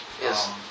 Yes